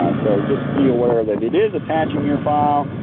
so just be aware that it is attaching your file,